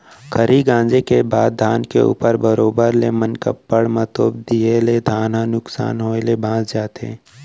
खरही गॉंजे के बाद धान के ऊपर बरोबर ले मनकप्पड़ म तोप दिए ले धार ह नुकसान होय ले बॉंच जाथे